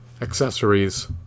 accessories